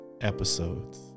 episodes